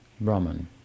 Brahman